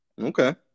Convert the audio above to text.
Okay